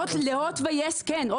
להוט ויס כן,